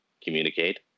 communicate